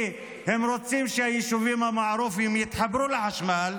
כי הם רוצים שהיישובים המערופיים יתחברו לחשמל.